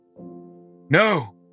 No